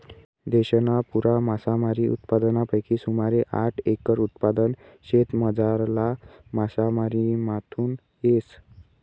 देशना पुरा मासामारी उत्पादनपैकी सुमारे साठ एकर उत्पादन देशमझारला मासामारीमाथून येस